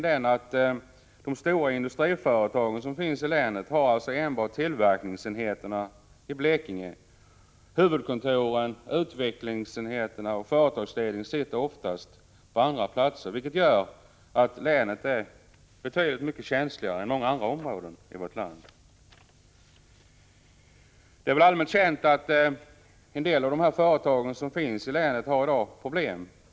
De stora industriföretag som finns i länet har bara tillverkningsenheterna i Blekinge. Huvudkontoren, utvecklingsenheterna och företagsledningarna finns oftast på andra platser, vilket gör att länet är betydligt känsligare än många andra områden i vårt land. Det är väl allmänt känt att en del av företagen i länet har problem.